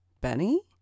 Benny